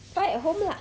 buy at home lah